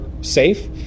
safe